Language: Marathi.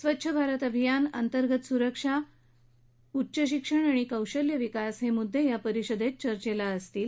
स्वच्छ भारत अभियान अंतर्गत सुरक्षा उच्च शिक्षण आणि कौशल्य विकास हे मुद्दे या परिषदेत चर्चेत असतील